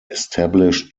established